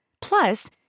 Plus